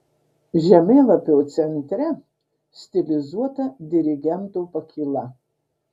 žemėlapio centre stilizuota dirigento pakyla